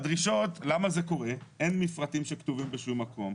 זה קורה כי אין מפרטים שכתובים באיזשהו מקום,